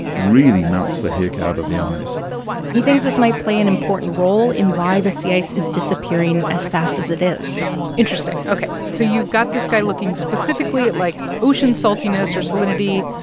really melts the heck out of the ice he thinks this might play an important role in why the sea ice is disappearing as fast as it is interesting. ok, so you've got this guy looking specifically at, like, ocean saltiness or salinity.